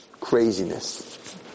Craziness